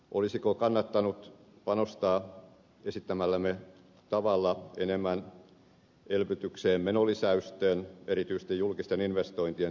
olisiko kannattanut panostaa esittämällämme tavalla elvytykseen enemmän menolisäysten erityisesti julkisten investointien tukemisen kautta